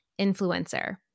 influencer